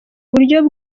uburyo